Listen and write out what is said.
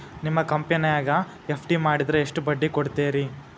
ನಿಮ್ಮ ಕಂಪನ್ಯಾಗ ಎಫ್.ಡಿ ಮಾಡಿದ್ರ ಎಷ್ಟು ಬಡ್ಡಿ ಕೊಡ್ತೇರಿ?